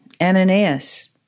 Ananias